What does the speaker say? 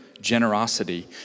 generosity